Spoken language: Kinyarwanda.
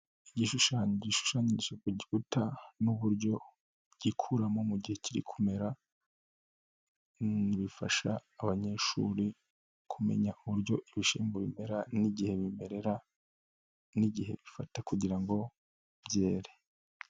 Igishushanyo gishushanyije ku gikuta n'ububuryo gikuramo mu gihe kiri kumera, bifasha abanyeshuri kumenya uburyo ibishyimbo bimera n'igihe bimerera n'igihe bifata kugira ngo byere.